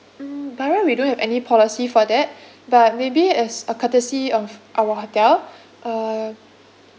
mm by right we don't have any policy for that but maybe as a courtesy of our hotel uh